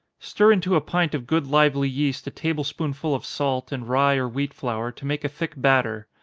stir into a pint of good lively yeast a table-spoonful of salt, and rye or wheat flour to make a thick batter.